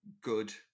good